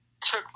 took